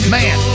Man